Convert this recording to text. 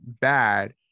bad